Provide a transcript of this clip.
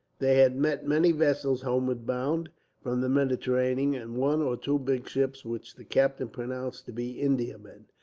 they had met many vessels, homeward bound from the mediterranean, and one or two big ships which the captain pronounced to be indiamen.